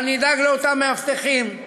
אבל נדאג לאותם מאבטחים,